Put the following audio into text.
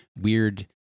weird